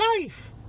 life